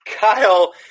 Kyle